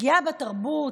פגיעה בתרבות.